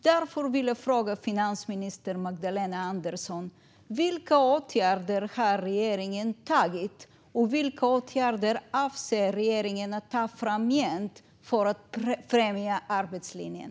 Därför frågar jag finansminister Magdalena Andersson: Vilka åtgärder har regeringen vidtagit, och vilka åtgärder avser regeringen att vidta framgent för att främja arbetslinjen?